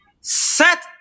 set